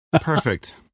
Perfect